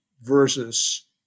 versus